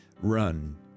Run